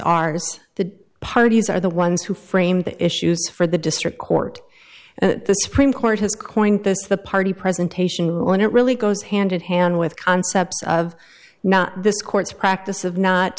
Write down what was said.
ours the parties are the ones who framed the issues for the district court the supreme court has coined this the party presentation when it really goes hand in hand with concepts of not this court's practice of not